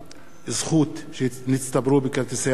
זכות שנצטברו בכרטיסי האשראי,